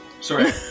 Sorry